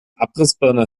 abrissbirne